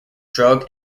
drug